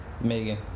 Megan